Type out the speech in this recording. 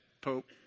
Pope